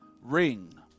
ring